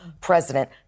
president